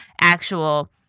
actual